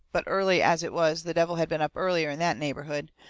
but early as it was the devil had been up earlier in that neighbourhood.